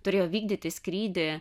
turėjo vykdyti skrydį